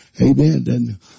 Amen